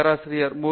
பேராசிரியர் பி